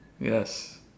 Yes